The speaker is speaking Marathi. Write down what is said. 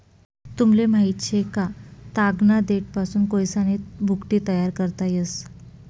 तुमले माहित शे का, तागना देठपासून कोयसानी भुकटी तयार करता येस